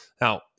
Now